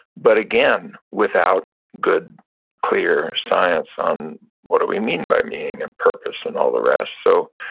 but again, without good clear science on what do we mean by meaning and purpose, and all the rest? so,